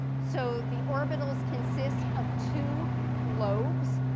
so the orbitals consists of two lobes.